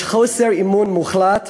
יש חוסר אמון מוחלט,